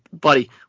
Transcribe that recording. buddy